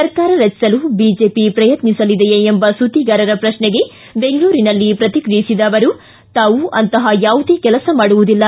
ಸರ್ಕಾರ ರಚಿಸಲು ಬಿಜೆಪಿ ಪ್ರಯತ್ನಿಸುತ್ನಿಸಲಿದೆಯೇ ಎಂಬ ಸುದ್ದಿಗಾರರ ಪ್ರಕ್ಷೆಗೆ ಪ್ರತಿಕ್ರಿಯಿಸಿದ ಅವರು ತಾವು ಅಂತಹ ಯಾವುದೇ ಕೆಲಸ ಮಾಡುವುದಿಲ್ಲ